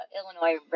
Illinois